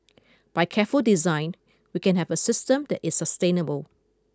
by careful design we can have a system that is sustainable